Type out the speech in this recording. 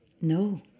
No